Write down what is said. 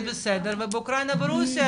זה בסדר ובאוקרינה וברוסיה,